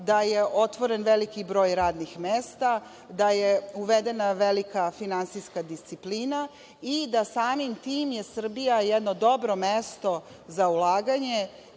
da je otvoren veliki broj radnih mesta, da je uvedena velika finansijska disciplina i da samim tim je Srbija jedno dobro mesto za ulaganje.